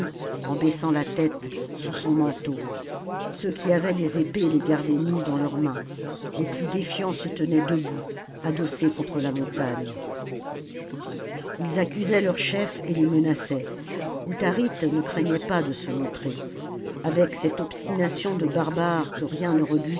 en baissant la tête sous son manteau ceux qui avaient des épées les gardaient nues dans leurs mains les plus défiants se tenaient debout adossés contre la montagne ils accusaient leurs chefs et les menaçaient autharite ne craignait pas de se montrer avec cette obstination de barbare que rien ne